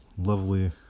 lovely